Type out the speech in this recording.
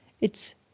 It's